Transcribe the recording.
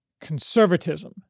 Conservatism